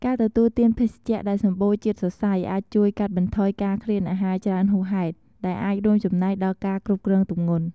ការទទួលទានភេសជ្ជៈដែលសម្បូរជាតិសរសៃអាចជួយកាត់បន្ថយការឃ្លានអាហារច្រើនហួសហេតុ ដែលអាចរួមចំណែកដល់ការគ្រប់គ្រងទម្ងន់។